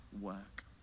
work